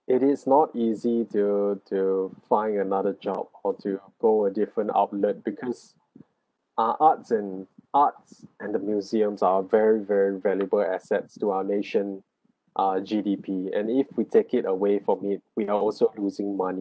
it is not easy to to find another job or to go a different outlet because ah arts and arts and the museums are very very valuable assets to a nation ah G_D_P and if we take it away from it we are also losing money